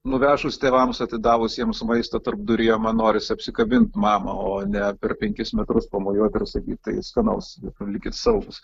nuvežus tėvams atidavusiems maistą tarpduryje man norisi apsikabint mamą o ne per penkis metrus pamojuot ir sakyt tai skanaus ir likit saugūs